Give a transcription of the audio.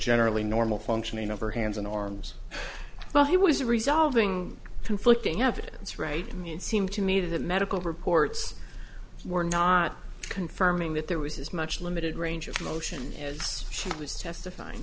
generally normal functioning of her hands and arms while he was resolving conflicting evidence right in the end seemed to me that medical reports were not confirming that there was as much limited range of motion is she was testifying